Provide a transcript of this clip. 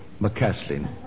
McCaslin